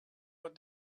what